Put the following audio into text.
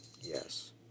Yes